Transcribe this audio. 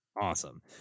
awesome